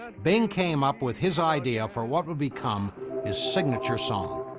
bing came up with his idea for what would become his signature song.